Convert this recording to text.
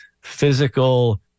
physical